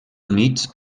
units